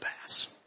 pass